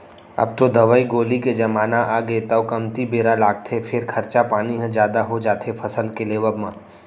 अब तो दवई गोली के जमाना आगे तौ कमती बेरा लागथे फेर खरचा पानी ह जादा हो जाथे फसल के लेवब म